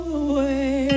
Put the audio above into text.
away